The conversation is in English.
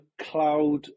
cloud